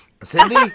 Cindy